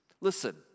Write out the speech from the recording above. Listen